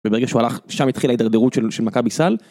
וברגע שהוא הלך, שם התחילה ההידרדרות של של מכבי סל.